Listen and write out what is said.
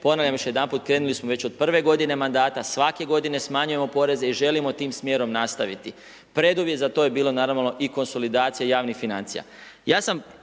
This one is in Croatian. Ponavljam još jedanput, krenuli smo već od prve godine mandata, svake godine smanjujemo poreze i želimo tim smjerom nastaviti. Preduvjet za to je bilo naravno konsolidacija i javnih financija.